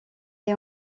est